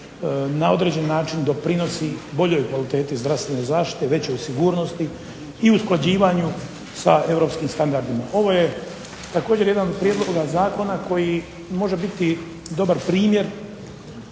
na određen na čin doprinosi boljoj kvaliteti zdravstvene zaštite, veće sigurnosti i usklađivanju sa europskim standardima. Također jedan od prijedloga zakona koji može biti dobar primjer,